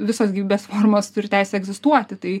visos gyvybės formos turi teisę egzistuoti tai